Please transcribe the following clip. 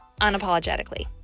unapologetically